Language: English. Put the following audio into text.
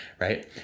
right